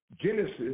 Genesis